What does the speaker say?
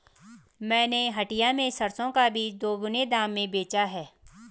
मैंने हटिया में सरसों का बीज दोगुने दाम में बेचा है